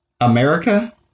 America